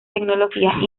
tecnologías